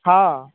हँ